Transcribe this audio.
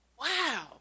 wow